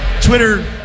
Twitter